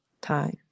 time